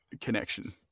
connection